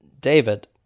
David